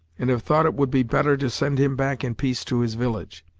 and have thought it would be better to send him back in peace to his village,